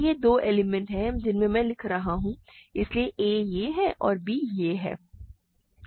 तो ये दो एलिमेंट हैं जिन्हें मैं ले रहा हूँ इसलिए a ये है और b ये है